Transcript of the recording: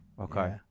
okay